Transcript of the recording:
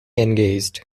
engaged